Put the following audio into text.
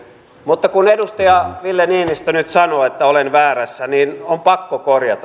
mutta kun edustaja ville niinistö nyt sanoo että olen väärässä niin on pakko korjata